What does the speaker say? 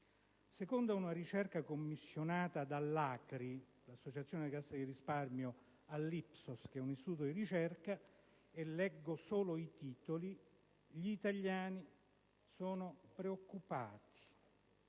Secondo una ricerca commissionata dall'ACRI, l'associazione delle casse di risparmio, all'IPSOS, che è un istituto di ricerca - leggo solo i titoli - gli italiani sono preoccupati: